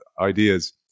ideas